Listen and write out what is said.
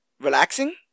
relaxing